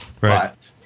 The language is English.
right